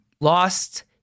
lost